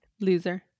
Loser